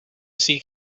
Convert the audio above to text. seek